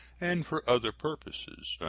and for other purposes,